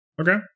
Okay